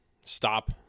stop